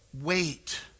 wait